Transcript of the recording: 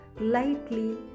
lightly